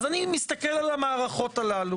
אז אני מסתכל על המערכות הללו.